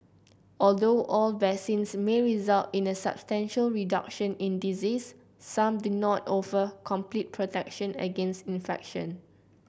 although all vaccines may result in a substantial reduction in disease some do not offer complete protection against infection